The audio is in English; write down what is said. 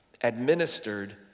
administered